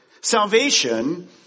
salvation